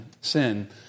sin